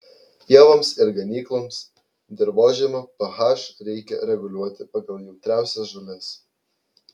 pievoms ir ganykloms dirvožemio ph reikia reguliuoti pagal jautriausias žoles